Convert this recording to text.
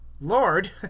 lord